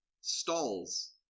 stalls